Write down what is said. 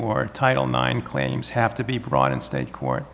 ur title nine claims have to be brought in state court